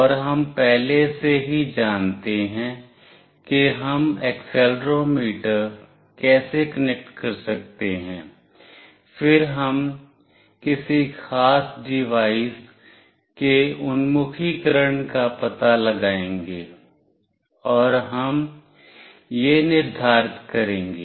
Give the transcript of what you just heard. और हम पहले से ही जानते हैं कि हम एक्सेलेरोमीटर कैसे कनेक्ट कर सकते हैं फिर हम किसी खास डिवाइस के उन्मुखीकरण का पता लगाएंगे और हम यह निर्धारित करेंगे